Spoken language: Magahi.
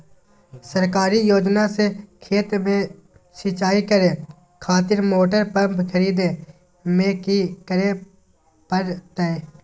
सरकारी योजना से खेत में सिंचाई करे खातिर मोटर पंप खरीदे में की करे परतय?